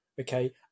okay